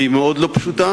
והיא מאוד לא פשוטה,